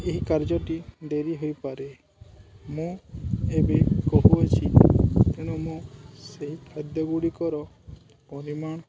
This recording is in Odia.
ଏହି କାର୍ଯ୍ୟଟି ଡେରି ହୋଇପାରେ ମୁଁ ଏବେ କହୁଅଛି ତେଣୁ ମୁଁ ସେହି ଖାଦ୍ୟ ଗୁଡ଼ିକର ପରିମାଣ